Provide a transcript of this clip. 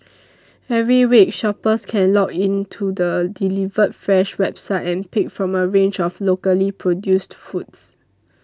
every week shoppers can log into the Delivered Fresh website and pick from a range of locally produced foods